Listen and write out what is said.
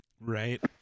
Right